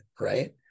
Right